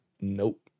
Nope